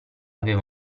aveva